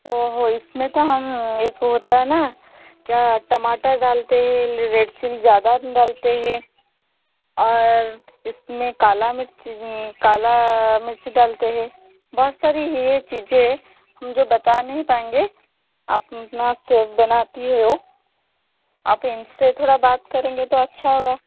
ओहो इस में तो हम एक होता है ना क्या टमाटर डालते है रेड चिली ज़्यादा आदमी डालते है और इस में काला मिर्च काला मिर्च डालते हैं बस सारी ये चीज़ें हैं हम जो बता नहीं पाएंगे आप उतना अच्छा बनाती हो आप इन से थोड़ा बात करेंगे तो अच्छा होगा